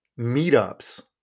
meetups